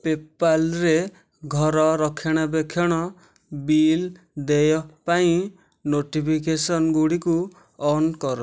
ପେ'ପାଲ୍ରେ ଘର ରକ୍ଷଣାବେକ୍ଷଣ ବିଲ୍ ଦେୟ ପାଇଁ ନୋଟିଫିକେସନ୍ଗୁଡ଼ିକୁ ଅନ୍ କର